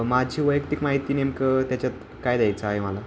माझी वैयक्तिक माहिती नेमकं त्याच्यात काय द्यायचं आहे मला